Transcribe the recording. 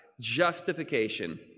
justification